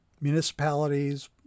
municipalities